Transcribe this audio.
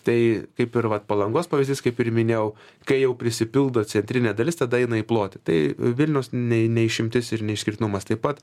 tai kaip ir vat palangos pavyzdys kaip ir minėjau kai jau prisipildo centrinė dalis tada eina į plotį tai vilnius ne ne išimtis ir neišskirtinumas taip pat